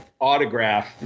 autograph